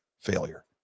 failure